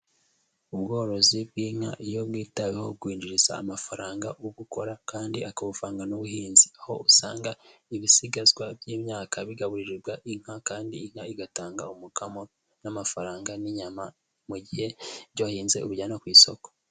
Ubworozi bw'inka iyo bwitaweho bwinjiriza amafaranga yo gukora kandi akabuvanga n'ubuhinzi. Aho usanga ibisigazwa by'imyaka bigaburirwa inka kandi inka igatanga umukamo n'amafaranga n'inyama mu gihe ibyo wahinze ubijyana ku isoko.